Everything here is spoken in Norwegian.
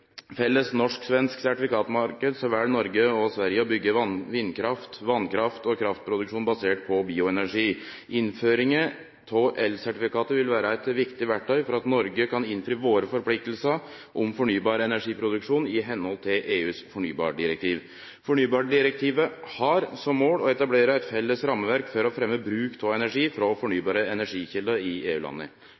felles norsk-svensk sertifikatmarknad vel Noreg og Sverige å byggje vindkraft, vasskraft og kraftproduksjon basert på bioenergi. Innføringa av elsertifikat vil vere eit viktig verktøy for at Noreg kan innfri sine forpliktingar om fornybar energiproduksjon i samsvar med EUs fornybardirektiv. Fornybardirektivet har som mål å etablere eit felles rammeverk for å fremje bruk av energi frå fornybare energikjelder i